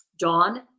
Dawn